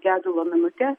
gedulo minutė